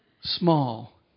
small